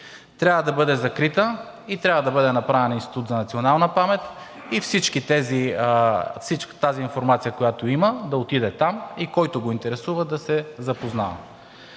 Трябва да бъде закрита и трябва да бъде направен институт за национална памет и цялата тази информация, която има, да отиде там и когото го интересува, да се запознава.